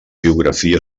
biografia